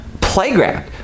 playground